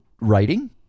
writing